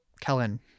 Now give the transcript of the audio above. Kellen